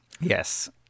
Yes